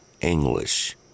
English